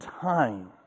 time